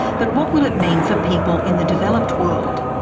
but what will it mean for people in the developed world?